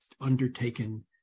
undertaken